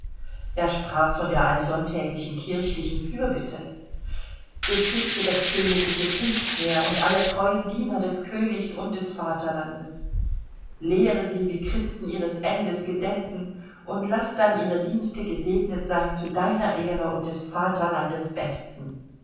er sprach von der allsonntäglichen kirchlichen fürbitte beschütze das königliche kriegsheer und alle treuen diener des königs und des vaterlands lehre sie wie christen ihres endes gedenken und laß dann ihre dienste gesegnet sein zu deiner ehre und des vaterlandes besten